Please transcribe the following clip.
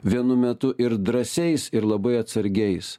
vienu metu ir drąsiais ir labai atsargiais